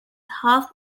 half